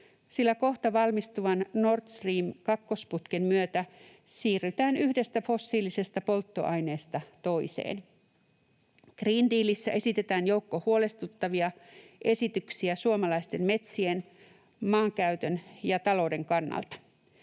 sillä kohta valmistuvan Nord Stream ‑kakkosputken myötä siirrytään yhdestä fossiilisesta polttoaineesta toiseen. Green Dealissä esitetään joukko huolestuttavia esityksiä suomalaisten metsien, maankäytön ja talouden kannalta.